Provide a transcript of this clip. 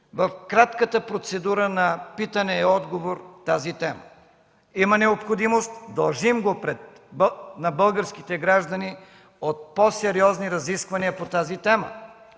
в кратката процедура на питане и отговор тази тема. Има необходимост, дължим го на българските граждани, от по-сериозни разисквания по тази тема.